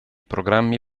programmi